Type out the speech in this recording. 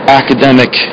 academic